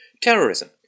terrorism